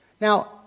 Now